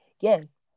yes